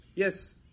Yes